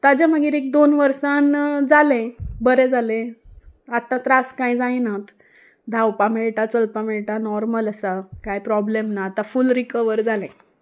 ताजे मागीर एक दोन वर्सान जालें बरें जालें आतां त्रास कांय जायनात धांवपा मेळटा चलपा मेळटा नॉर्मल आसा कांय प्रोब्लेम ना आतां फूल रिकवर जालें